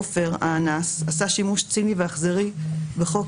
עופר האנס עשה שימוש ציני ואכזרי בחוק,